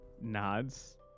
nods